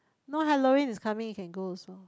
now Halloween is coming you can go also